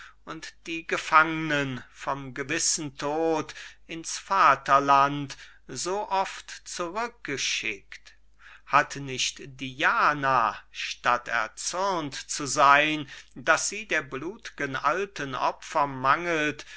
die gefangnen vom gewissen tod in's vaterland so oft zurückgeschickt hat nicht diane statt erzürnt zu sein daß sie der blut'gen alten opfer mangelt